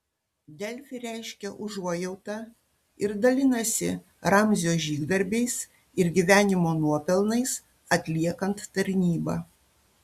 delfi reiškia užuojautą ir dalinasi ramzio žygdarbiais ir gyvenimo nuopelnais atliekant tarnybą